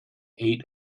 eight